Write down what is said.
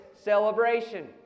celebration